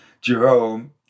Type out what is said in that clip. Jerome